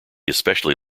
especially